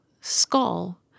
skull